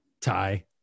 Tie